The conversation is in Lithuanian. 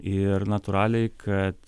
ir natūraliai kad